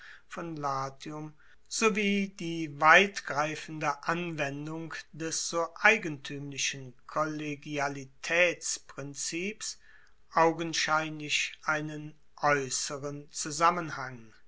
von latium sowie die weitgreifende anwendung des so eigentuemlichen kollegialitaetsprinzip augenscheinlich einen aeusseren zusammenhang